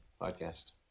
podcast